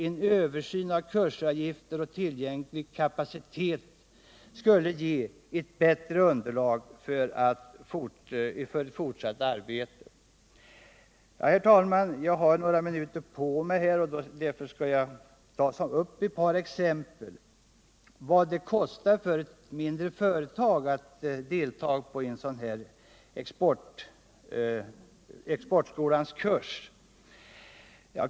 En översyn av kursavgifter och tillgänglig kapacitet skulle ge ett bättre underlag för ett fortsatt arbete. Herr talman! Jag har några minuter på mig. Därför skall jag ge ett par exempel på vad det kostar för ett mindre företag att delta i en kurs på Exportskolan.